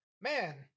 man